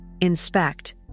inspect